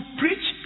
preach